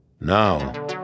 now